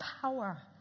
power